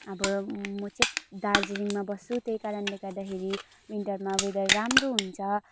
अब म चाहिँ दार्जिलिङमा बस्छु त्यही कारणले गर्दाखेरि विन्टरमा वेदर राम्रो हुन्छ